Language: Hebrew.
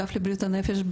האגף לבריאות הנפש,